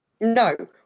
No